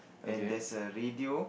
and there's a radio